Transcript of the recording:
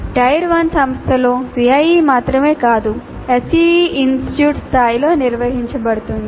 tyre 1 సంస్థలో CIE మాత్రమే కాదు SEE ఇన్స్టిట్యూట్ స్థాయిలో నిర్వహించబడుతుంది